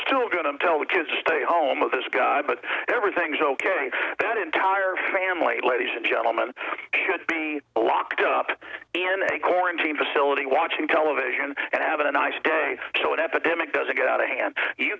still going to tell the kids stay home of this guy but everything's ok that entire family ladies and gentlemen should be locked up in a quarantine facility watching television and have a nice day so an epidemic doesn't get out of hand you